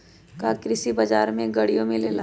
का कृषि बजार में गड़ियो मिलेला?